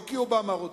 לא כי אובמה רוצה,